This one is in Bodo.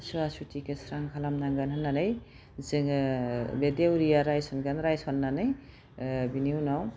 सुवा सुथिखौ स्रां खालामनांगोन होननानै जोङो बे देउरिया रायसनगोन रायसननानै बिनि उनाव